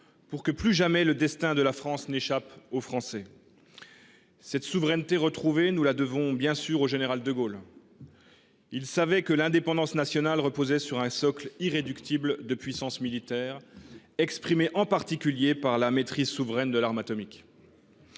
pour que plus jamais le destin de notre pays n’échappe aux Français. Cette souveraineté retrouvée, nous la devons bien sûr au général de Gaulle. Il savait que l’indépendance nationale reposait sur un socle irréductible de puissance militaire, exprimé en particulier par la maîtrise souveraine de l’arme atomique.